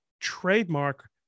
trademark